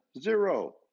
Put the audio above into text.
zero